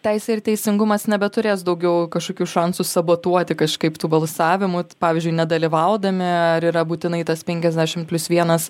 teisė ir teisingumas nebeturės daugiau kažkokių šansų sabotuoti kažkaip tų balsavimų pavyzdžiui nedalyvaudami ar yra būtinai tas penkiasdešimt plius vienas